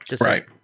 Right